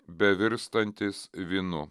bevirstantis vynu